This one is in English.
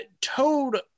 Toad